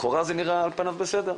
לכאורה זה נראה על פניו בסדר.